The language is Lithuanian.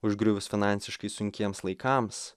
užgriuvus finansiškai sunkiems laikams